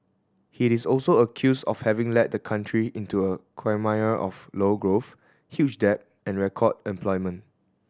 he is also accused of having led the country into a quagmire of low growth huge debt and record unemployment